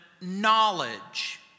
knowledge